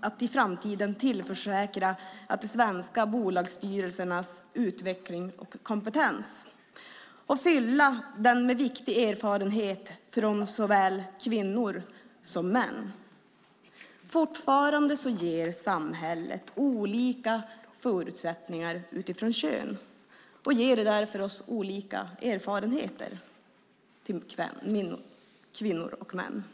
att i framtiden säkra de svenska bolagsstyrelsernas utveckling av kompetens och fylla den med viktiga erfarenheter från såväl kvinnor som män. Fortfarande ger samhället olika förutsättningar utifrån kön och ger därför olika erfarenheter till kvinnor och män.